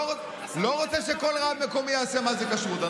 לא רוצה שכל רב מקומי יחליט מה זאת כשרות.